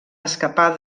escapar